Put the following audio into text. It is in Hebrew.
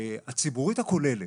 הציבורית הכוללת,